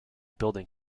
building